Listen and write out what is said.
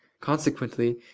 consequently